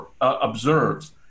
observes